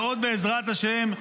ובעזרת השם,